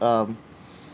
um